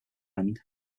hand